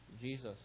Jesus